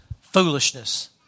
foolishness